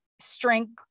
strength